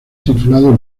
titulado